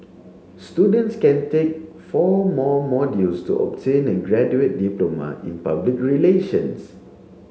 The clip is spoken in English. students can take four more modules to obtain a graduate diploma in public relations